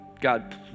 God